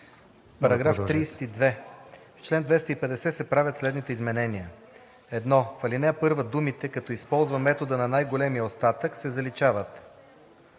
Параграф 32: „В чл. 250 се правят следните изменения: 1. В ал. 1 думите „като използва метода на най-големия остатък“ се заличават.